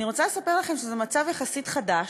אני רוצה לספר לכם שזה מצב יחסית חדש,